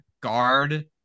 guard